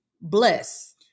bless